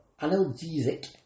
analgesic